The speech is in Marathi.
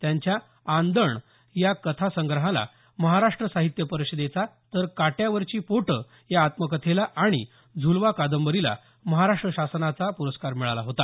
त्यांच्या आंदण या कथा संग्रहाला महाराष्ट्र साहित्य परिषदेचा तर काट्यावरची पोटं या आत्मकथेला आणि झुलवा कादंबरीला महाराष्ट्र शासनाचा प्रस्कार मिळाला होता